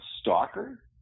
stalker